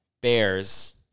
bears